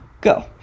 Go